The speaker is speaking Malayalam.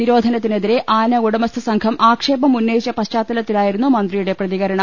നിരോധനത്തിനെതിരെ ആന ഉടമസ്ഥ സംഘം ആക്ഷേപം ഉന്നയിച്ച പശ്ചാത്തല ത്തിലായിരുന്നു മന്ത്രിയുടെ പ്രതികരണം